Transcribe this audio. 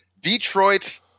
Detroit